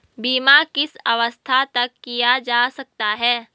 बीमा किस अवस्था तक किया जा सकता है?